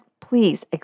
please